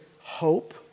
hope